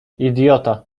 idiota